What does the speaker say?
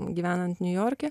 gyvenant niujorke